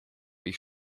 ich